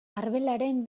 arbelaren